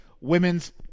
women's